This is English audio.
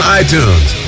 iTunes